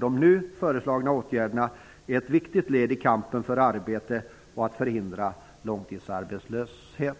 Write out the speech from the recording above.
De nu föreslagna åtgärderna är ett viktigt led i kampen för arbete och för att förhindra långtidsarbetslöshet.